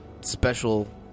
special